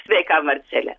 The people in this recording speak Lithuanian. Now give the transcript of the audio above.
sveika marcele